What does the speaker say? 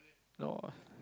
no